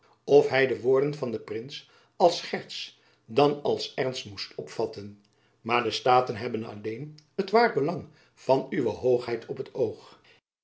of hy de woorden van den prins als scherts dan als ernst moest opvatten maar de staten hebben alleen het waar belang van uwe hoogheid op t oog